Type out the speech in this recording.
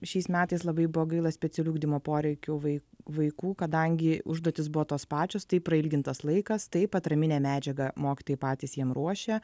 šiais metais labai buvo gaila specialių ugdymo poreikių vai vaikų kadangi užduotys buvo tos pačios taip prailgintas laikas taip atraminė medžiaga mokytojai patys jiem ruošia